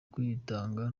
kwitanga